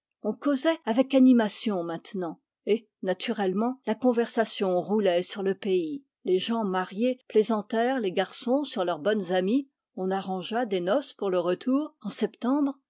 on causait avec animation maintenant et naturellement la conversation roulait sur le pays les gens mariés plaisantèrent les garçons sur leurs bonnes amies on arrangea des noces pour le retour en septembre